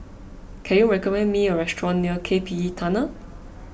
can you recommend me a restaurant near K P E Tunnel